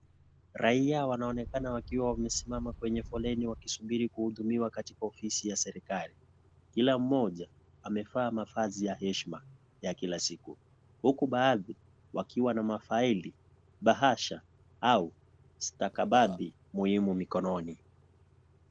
Raia wanaonekana wakiwa kwenye foleni wakisubiri kuhudumiwa katika ofisi ya serikali. Kila mmoja amevaa mavazi ya heshima ya kila siku. Huku baadhi wakiwa na mafaili, baasha au stakabathi muhimu mikononi.